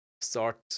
start